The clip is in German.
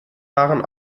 waren